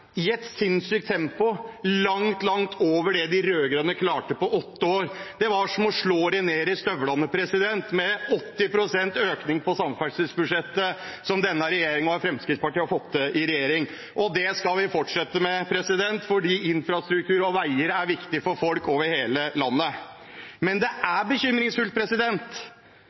et sinnssykt tempo – langt, langt over det de rød-grønne klarte på åtte år. Det er som å slå dem ned i støvlene, med 80 pst. økning på samferdselsbudsjettet, som denne regjeringen og Fremskrittspartiet har fått til. Det skal vi fortsette med, fordi infrastruktur og veier er viktig for folk over hele landet. Men det er bekymringsfullt